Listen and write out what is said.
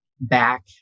back